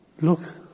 look